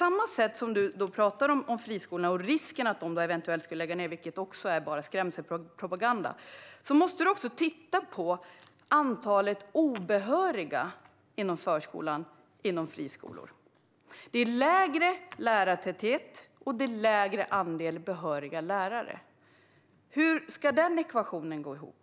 Att friskolorna eventuellt kommer att läggas ned är bara skrämselpropaganda, men du måste titta på antalet obehöriga inom förskolan i friskolor. Det är lägre lärartäthet och lägre andel behöriga lärare. Hur ska den ekvationen gå ihop?